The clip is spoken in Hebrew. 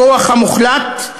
הכוח המוחלט,